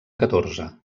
catorze